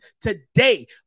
today